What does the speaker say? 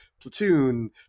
Platoon